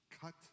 cut